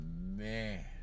man